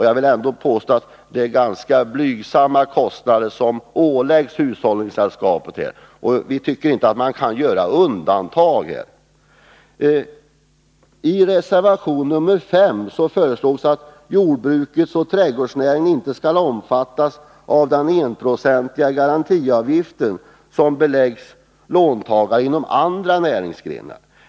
Jag vill ändå påstå att det är ganska blygsamma kostnader som åläggs hushållningssällskapen. Vi tycker inte att man kan göra undantag i detta fall. I reservation nr 5 föreslås att jordbruket och trädgårdsnäringen inte skall omfattas av den enprocentiga garantiavgift som belägges låntagare inom andra näringsgrenar.